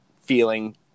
feeling